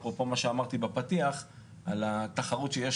אפרופו מה שאמרתי בפתיח על התחרות שיש